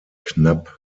knapp